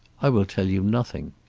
i will tell you nothing.